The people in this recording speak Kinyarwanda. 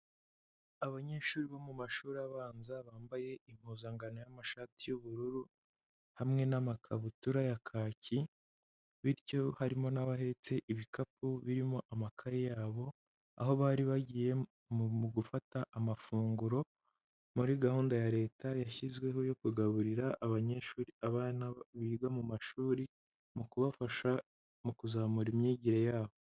Abanyeshuri bo mu mashuri abanza bambaye impuzangano y'amashati y'ubururu hamwe n'amakabutura ya kaki, bityo harimo n'abahetse ibikapu birimo amakaye yabo, aho bari bagiye mu gufata amafunguro muri gahunda ya Leta yashyizweho yo kugaburira abanyeshuri abana biga mu mashuri mu kubafasha mu kuzamura imyigire yabo.